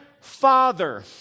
father